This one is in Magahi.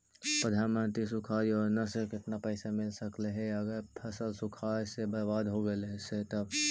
प्रधानमंत्री सुखाड़ योजना से केतना पैसा मिल सकले हे अगर फसल सुखाड़ से बर्बाद हो गेले से तब?